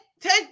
take